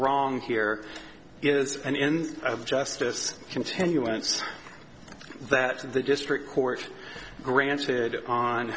wrong here is an end of justice continuance that the district court granted on